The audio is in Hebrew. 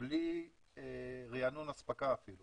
בלי ריענון אספקה אפילו